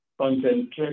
Concentrate